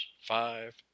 five